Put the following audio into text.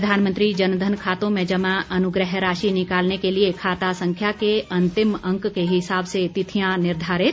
प्रधानमंत्री जनधन खातों में जमा अनुग्रह राशि निकालने के लिए खाता संख्या के अंतिम अंक के हिसाब से तिथियां निर्धारित